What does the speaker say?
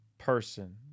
person